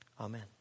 Amen